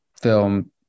film